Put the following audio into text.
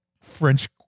French